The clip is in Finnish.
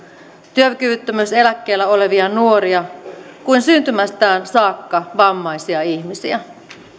työkyvyttömyyseläkkeellä olevia nuoria kuin syntymästään saakka vammaisia ihmisiä